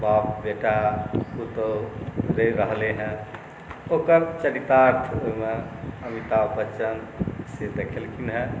बाप बेटा पुतौहु रहि रहलै हेँ ओकर चरितार्थ ओहिमे अमिताभ बच्चन से देखेलखिन हेँ